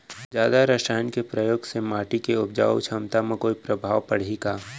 जादा रसायन के प्रयोग से माटी के उपजाऊ क्षमता म कोई प्रभाव पड़ही का?